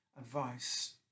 advice